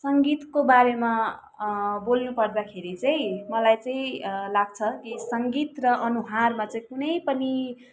सङ्गीतको बारेमा बोल्नु पर्दाखेरि चाहिँ मलाई चाहिँ लाग्छ कि सङ्गीत र अनुहारमा चाहिँ कुनै पनि